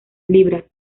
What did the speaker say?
libras